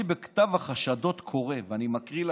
אני בכתב החשדות קורא, ואני מקריא לכם,